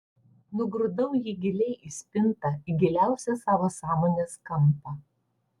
nugrūdau jį giliai į spintą į giliausią savo sąmonės kampą